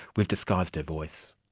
we've disguised her voice.